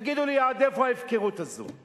תגידו לי, עד איפה ההפקרות הזאת?